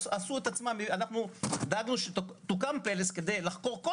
אנחנו דאגנו שתוקם פלס כדי לחקור כל